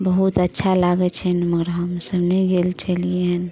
बहुत अच्छा लागै छनि मगर हमसब नहि गेल छलियनि